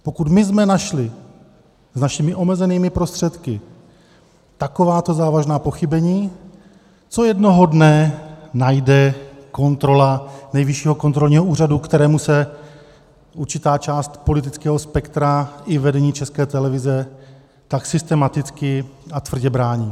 Pokud my jsme našli s našimi omezenými prostředky takováto závažná pochybení, co jednoho dne najde kontrola Nejvyššího kontrolního úřadu, kterému se určitá část politického spektra i vedení České televize tak systematicky a tvrdě brání?